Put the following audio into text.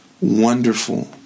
wonderful